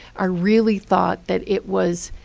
i really thought that it was